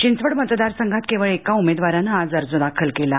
चिंचवड मतदार संघात केवळ एका उमेदवाराने आज अर्ज दाखल केला आहे